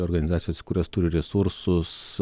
organizacijos kurios turi resursus